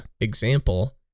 example